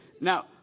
Now